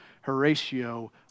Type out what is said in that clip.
Horatio